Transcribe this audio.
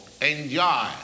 enjoy